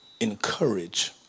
encourage